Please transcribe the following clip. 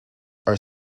are